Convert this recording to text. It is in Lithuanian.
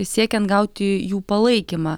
siekiant gauti jų palaikymą